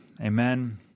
Amen